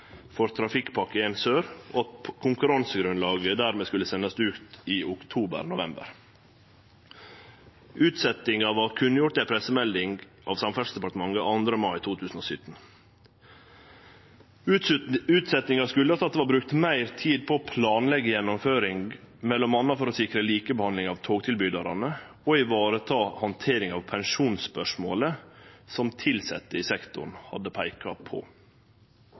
for Trafikkpakke l Sør, og at konkurransegrunnlaget dermed skulle sendast ut i oktober/november. Utsetjinga vart kunngjort i ei pressemelding frå Samferdselsdepartementet 2. mai 2017. Utsetjinga kom av at det var brukt meir tid på å planleggje gjennomføring, m.a. for å sikre likebehandling av togtilbydarane, og vareta handteringa av pensjonsspørsmålet som tilsette i sektoren hadde peika på.